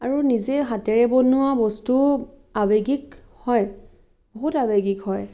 আৰু নিজেই হাতেৰে বনোৱা বস্তু আৱেগিক হয় বহুত আৱেগিক হয়